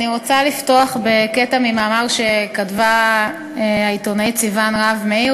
אני רוצה לפתוח בקטע ממאמר שכתבה העיתונאית סיון רהב-מאיר,